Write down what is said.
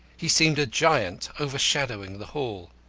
he seemed a giant overshadowing the hall.